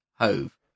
Hove